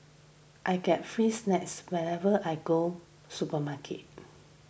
I get free snacks whenever I go supermarket